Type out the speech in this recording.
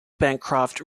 bancroft